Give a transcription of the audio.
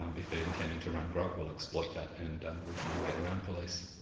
um if they're intending to run grog, will exploit that, and um will try and get around police.